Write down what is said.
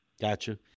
Gotcha